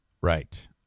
right